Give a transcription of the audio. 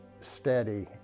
steady